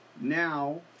Now